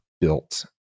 built